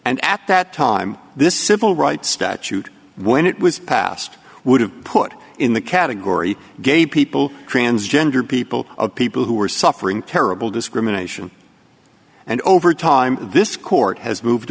that time this civil rights statute when it was passed would have put in the category of gay people transgender people of people who are suffering terrible discrimination and over time this court has moved